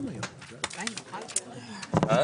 ננעלה בשעה 13:15.